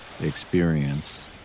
experience